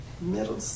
middle